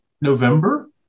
November